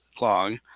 long